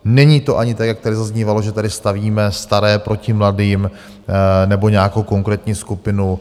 Není to ani tak, jak tady zaznívalo, že tady stavíme staré proti mladým nebo nějakou konkrétní skupinu.